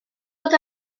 fod